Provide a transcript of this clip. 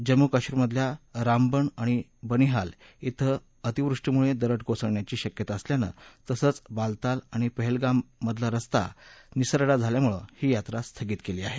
जम्मू कश्मीरमधल्या रामबन आणि बनीहाल क्वें अतिवृष्टीमुळे दरड कोसळण्याची शक्यता असल्यानं तसंच बालताल आणि पहलगाम मधला रस्ता निसरडा झाल्यामुळे ही यात्रा स्थगित केली आहे